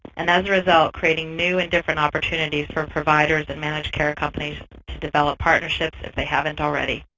and as a result, creating new and different opportunities for providers and managed care companies to develop partnerships if they haven't already.